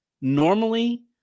normally